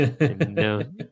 No